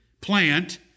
plant